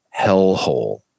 hellhole